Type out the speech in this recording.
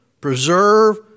preserve